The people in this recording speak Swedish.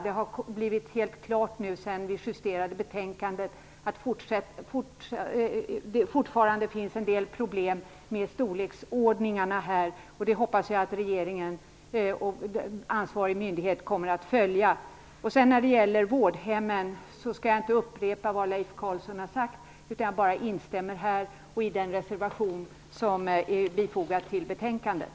Det har blivit helt klart sedan vi justerade betänkandet att det fortfarande finns en del problem avseende storleksordningen. Jag hoppas att regeringen och ansvarig myndighet kommer att följa upp det här. När det gäller vårdhemmen skall jag inte upprepa vad Leif Carlson har sagt. Jag nöjer mig med att instämma i det och i den reservation som är fogad till betänkandet.